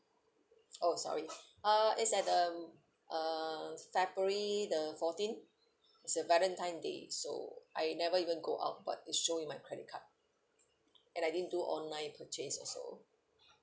oh sorry uh it's at the uh february the fourteenth it's a valentine day so I never even go out but it show in my credit card and I didn't do online purchase also